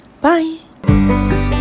Bye